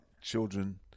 children